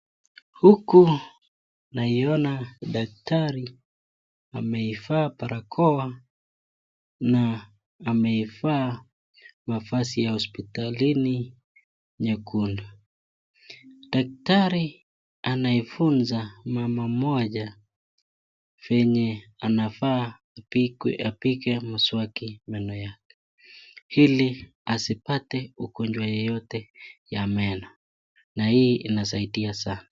Huku naiona daktari ameivaa barakoa na amevaa mavazi ya hospitalini mekundu. Daktari anaifunza mama mmoja fenye anavaa apike mswaki meno yake ili asipate ugonjwa yeyote ya meno na hii inasaidia sana.